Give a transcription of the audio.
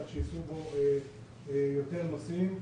כך שייסעו בהם יותר נוסעים.